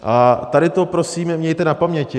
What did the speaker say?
A tady to, prosím, mějte na paměti.